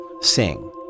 sing